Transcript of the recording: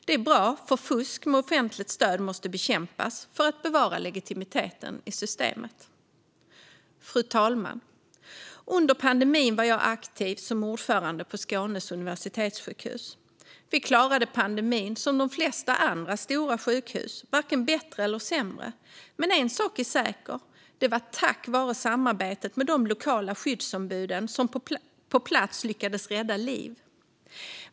Det är bra, för fusk med offentligt stöd måste bekämpas för att bevara legitimiteten i systemen. Fru talman! Under pandemin var jag aktiv som ordförande på Skånes universitetssjukhus. Vi klarade pandemin som de flesta andra stora sjukhus, varken bättre eller sämre, men en sak är säker: Det var tack vare samarbetet med de lokala skyddsombuden på plats som vi lyckades rädda liv.